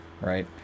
right